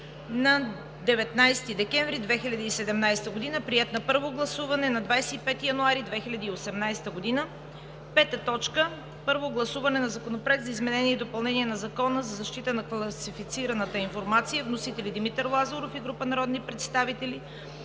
на 19 декември 2017 г. Приет на първо гласуване на 25 януари 2018 г. 5. Първо гласуване на Законопроекта за изменение и допълнение на Закона за защита на класифицираната информация. Вносители: Димитър Лазаров и група народни представители